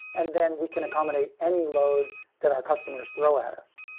and then, we can accommodate any load that our customers throw at us.